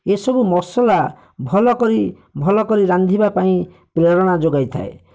ଏ ସବୁ ମସଲା ଭଲକରି ଭଲକରି ରାନ୍ଧିବାପାଇଁ ପ୍ରେରଣା ଯୋଗାଇଥାଏ